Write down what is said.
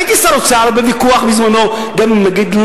הייתי שר האוצר בוויכוח, בזמני, גם עם הנגיד.